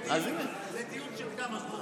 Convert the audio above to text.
זה דיון של כמה זמן?